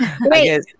Wait